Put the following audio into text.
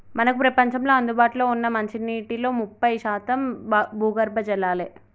మనకు ప్రపంచంలో అందుబాటులో ఉన్న మంచినీటిలో ముప్పై శాతం భూగర్భ జలాలే